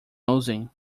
losing